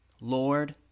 Lord